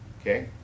okay